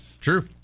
True